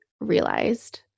realized